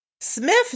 Smith